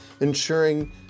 ensuring